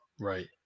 right